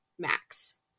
max